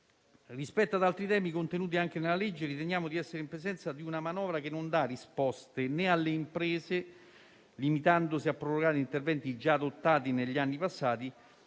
Rispetto ad altri temi contenuti nella legge riteniamo di essere in presenza di una manovra che non dà risposte né alle imprese, limitandosi a prorogare interventi già adottati negli anni passati,